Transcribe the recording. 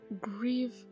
grieve